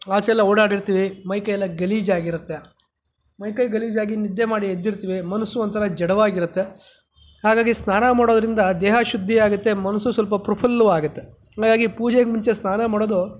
ಆಚೆ ಎಲ್ಲ ಓಡಾಡಿರ್ತೀವಿ ಮೈ ಕೈ ಎಲ್ಲ ಗಲೀಜು ಆಗಿರುತ್ತೆ ಮೈ ಕೈ ಗಲೀಜಾಗಿ ನಿದ್ದೆ ಮಾಡಿ ಎದ್ದಿರ್ತಿವಿ ಮನಸ್ಸು ಒಂಥರ ಜಡವಾಗಿರುತ್ತೆ ಹಾಗಾಗಿ ಸ್ನಾನ ಮಾಡೋದ್ರಿಂದ ದೇಹ ಶುದ್ದಿಯಾಗುತ್ತೆ ಮನಸ್ಸು ಸ್ವಲ್ಪ ಪ್ರಫುಲ್ಲವಾಗುತ್ತೆ ಹಾಗಾಗಿ ಪೂಜೆಗೆ ಮುಂಚೆ ಸ್ನಾನ ಮಾಡೋದು